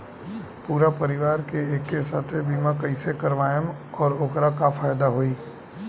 पूरा परिवार के एके साथे बीमा कईसे करवाएम और ओकर का फायदा होई?